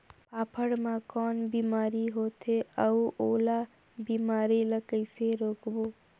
फाफण मा कौन बीमारी होथे अउ ओला बीमारी ला कइसे रोकबो?